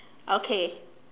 okay